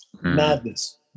madness